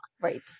Right